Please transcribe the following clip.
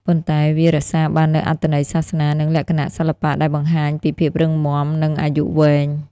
ប៉ុន្តែ វារក្សាបាននូវអត្ថន័យសាសនា និងលក្ខណៈសិល្បៈដែលបង្ហាញពីភាពរឹងមាំ និងអាយុវែង។